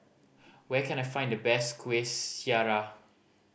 where can I find the best Kueh Syara